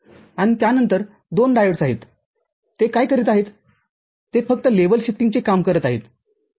आणि त्यानंतर दोन डायोड्स आहेत ते काय करीत आहेत ते फक्त लेव्हल शिफ्टिंगचे काम करत आहेत ठीक आहे